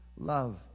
Love